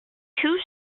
two